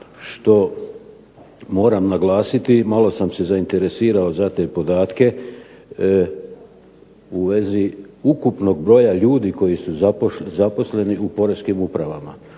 što moram naglasiti, malo sam se zainteresirao za te podatke u vezi ukupnog broja ljudi koji su zaposleni u poreskim upravama.